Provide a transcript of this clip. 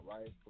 right